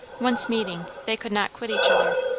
once meeting, they could not quit each other.